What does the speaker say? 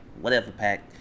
whatever-pack